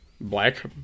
Black